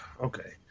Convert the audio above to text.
Okay